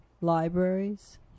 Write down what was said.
libraries